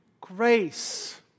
grace